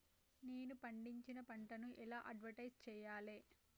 నేను పండించిన పంటను ఎలా అడ్వటైస్ చెయ్యాలే?